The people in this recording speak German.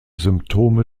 symptome